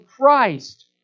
Christ